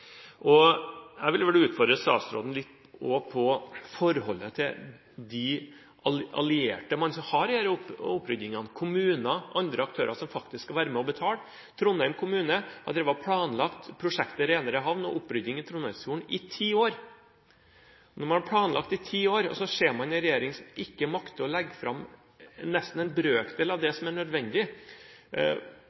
Jeg vil også utfordre statsråden litt på forholdet til de allierte man har i disse oppryddingene – kommuner og andre aktører som faktisk skal være med og betale. Trondheim kommune har drevet og planlagt prosjekter i indre havn og opprydding i Trondheimsfjorden i ti år. Etter å ha planlagt i ti år ser man en regjering som nesten ikke makter å legge fram en brøkdel av det som er nødvendig.